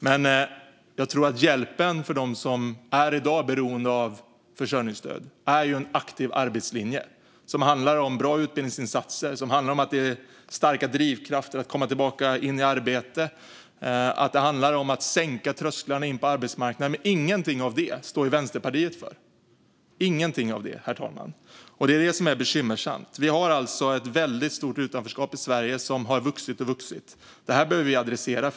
Men jag tror att hjälpen för dem som i dag är beroende av försörjningsstöd är en aktiv arbetslinje. Det handlar om bra utbildningsinsatser. Det handlar om starka drivkrafter för att komma tillbaka i arbete. Det handlar om att sänka trösklarna till arbetsmarknaden. Men ingenting av det står Vänsterpartiet för - ingenting av det, herr talman. Det är det som är bekymmersamt. Vi har alltså ett väldigt stort utanförskap i Sverige, som har vuxit och vuxit. Det behöver vi adressera.